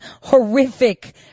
horrific